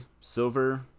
Silver